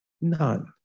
None